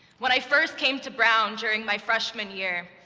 when i first came to brown during my freshman year,